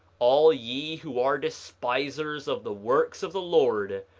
all ye who are despisers of the works of the lord,